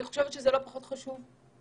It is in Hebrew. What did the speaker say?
זה לא פחות חשוב,